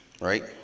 Right